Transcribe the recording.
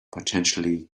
potentially